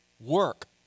Work